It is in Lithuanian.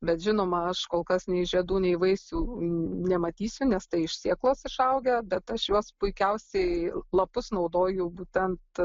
bet žinoma aš kol kas nei žiedų nei vaisių nematysiu nes tai iš sėklos išaugę bet aš juos puikiausiai lapus naudoju būtent